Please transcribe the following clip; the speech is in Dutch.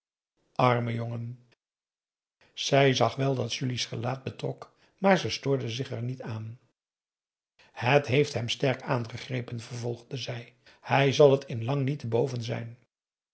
arme jongen zij zag wel dat julie's gelaat betrok maar ze stoorde er zich niet aan p a daum hoe hij raad van indië werd onder ps maurits het heeft hem sterk aangegrepen vervolgde zij hij zal het in lang niet te boven zijn